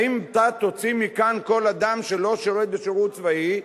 האם אתה תוציא מכאן כל אדם שלא שירת שירות צבאי?